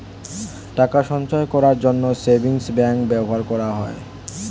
টাকা সঞ্চয় করার জন্য সেভিংস ব্যাংক ব্যবহার করা হয়